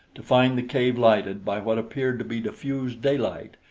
to find the cave lighted by what appeared to be diffused daylight,